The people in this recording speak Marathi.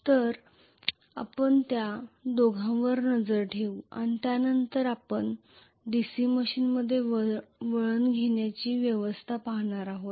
तर आपण त्या दोघांवर नजर ठेवू आणि त्यानंतर आपण DC मशीनमध्ये वळण घेण्याची व्यवस्था पाहणार आहोत